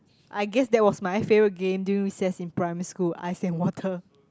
I guess that was my favourite game during recess in primary school ice and water